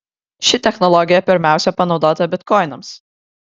ši technologija pirmiausia panaudota bitkoinams